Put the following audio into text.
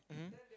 mmhmm